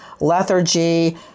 lethargy